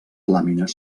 làmines